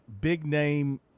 big-name